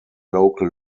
local